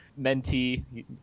mentee